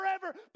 forever